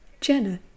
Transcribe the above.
Jenna